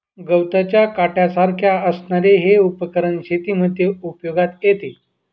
गवताच्या काट्यासारख्या असणारे हे उपकरण शेतीमध्ये उपयोगात येते